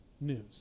news